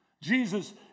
Jesus